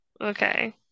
Okay